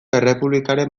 errepublikaren